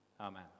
amen